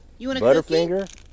Butterfinger